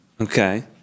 Okay